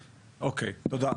אוקיי, תודה.